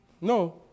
No